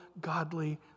godly